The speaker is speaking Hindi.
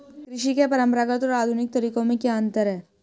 कृषि के परंपरागत और आधुनिक तरीकों में क्या अंतर है?